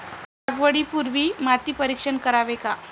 लागवडी पूर्वी माती परीक्षण करावे का?